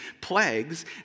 plagues